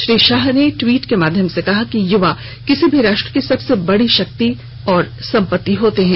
श्री शाह ने टवीट के माध्यम से कहा कि युवा किसी भी राष्ट्र की संबसे बड़ी शक्ति और सम्पत्ति होते हैं